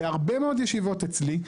בהרבה מאוד ישיבות אצלי,